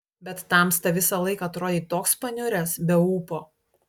bet tamsta visą laiką atrodei toks paniuręs be ūpo